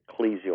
ecclesial